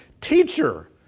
Teacher